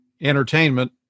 entertainment